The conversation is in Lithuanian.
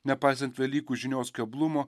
nepaisant velykų žinios keblumo